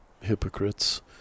hypocrites